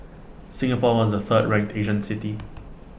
Singapore was the third ranked Asian city